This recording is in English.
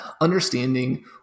understanding